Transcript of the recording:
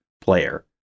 player